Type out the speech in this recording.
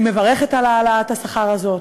אני מברכת על העלאת השכר הזאת,